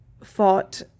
fought